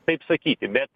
taip sakyti bet